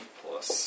plus